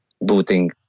booting